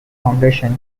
foundation